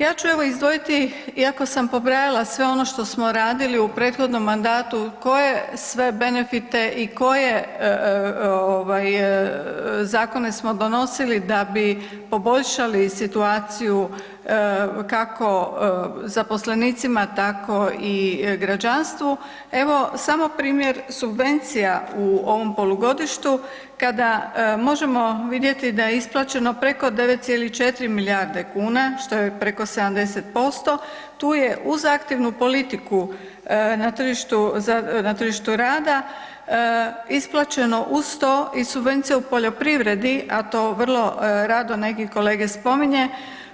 Ja ću evo izdvojiti, iako sam pobrajala sve ono što smo radili u prethodnom mandatu, koje sve benefite i koje zakone smo donosili da bi poboljšali situaciju kako zaposlenicima, tako i građanstvu, evo samo primjer subvencija u ovom polugodištu kada možemo vidjeti da je isplaćeno preko 9,4 milijarde kuna, što je preko 70%, tu je uz zahtjevnu politiku na tržištu rada isplaćeno uz to i subvencija u poljoprivredi, a to vrlo rado neki kolege